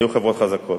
היו חברות חזקות.